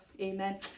Amen